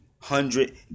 Hundred